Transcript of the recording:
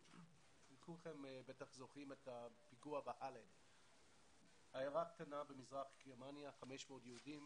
כולכם בטח זוכרים את הפיגוע בעיירה קטנה במזרח גרמניה עם 500 יהודים,